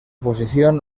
posición